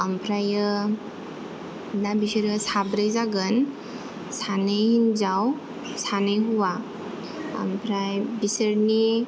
ओमफ्रायो दा बिसोर साब्रै जागोन सानै हिन्जाव सानै हौवा ओमफ्राय बिसोरनि